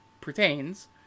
pertains